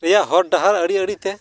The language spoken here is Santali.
ᱨᱮᱭᱟᱜ ᱦᱚᱲ ᱰᱟᱦᱟᱨ ᱟᱲᱮ ᱟᱲᱮᱛᱮ